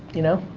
you know?